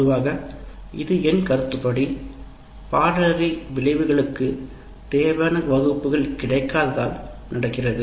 பொதுவாக இது என் கருத்துப்படி பாடநெறி விளைவுகளுக்கு தேவையான வகுப்புகள் கிடைக்காததால் நடக்கிறது